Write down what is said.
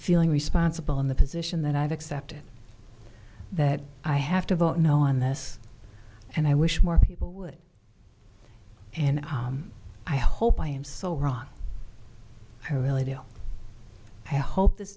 feeling responsible in the position that i've accepted that i have to vote no on this and i wish more people would and i hope i am so wrong i really deal i hope this